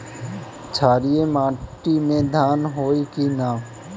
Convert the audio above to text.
क्षारिय माटी में धान होई की न?